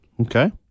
Okay